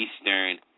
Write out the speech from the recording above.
Eastern